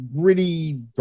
gritty